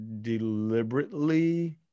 deliberately